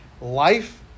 life